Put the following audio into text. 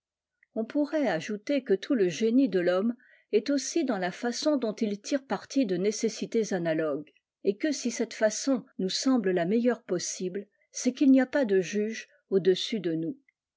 on pourrait ajouter que tout le génie de rhomme est aussi dans la façon dont il tire parti de nécessités analogues et que si cette façon nous semble la meilleure possible c'est qu'il n'y a pas de juge au-dessus de nous